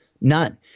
none